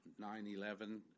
9-11